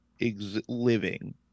living